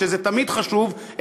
שזה תמיד חשוב,